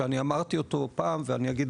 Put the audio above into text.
יש לי רעיון שאמרתי אותו פעם ואני אגיד